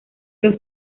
los